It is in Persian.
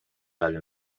قلب